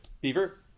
Beaver